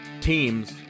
teams